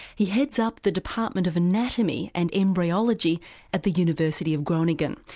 he heads up the department of anatomy and embryology at the university of groningen.